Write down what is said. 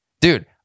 Dude